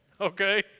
okay